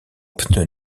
pneus